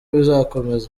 bizakomeza